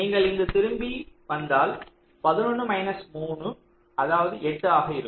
நீங்கள் இங்கு திரும்பி வந்தால் 11 மைனஸ் 3 அது 8 ஆக இருக்கும்